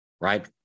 right